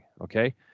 okay